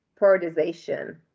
prioritization